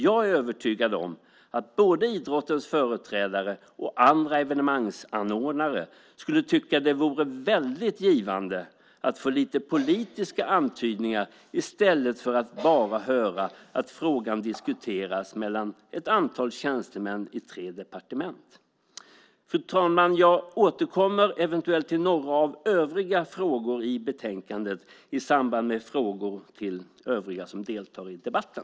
Jag är övertygad om att både idrottens företrädare och andra evenemangsanordnare skulle tycka att det vore givande att få lite politiska antydningar i stället för att bara höra att frågan diskuteras mellan ett antal tjänstemän i tre departement. Fru talman! Jag återkommer eventuellt till några av övriga frågor i betänkandet i samband med frågor till övriga som deltar i debatten.